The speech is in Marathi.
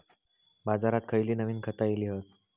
बाजारात खयली नवीन खता इली हत?